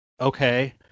Okay